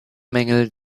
mängel